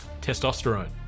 Testosterone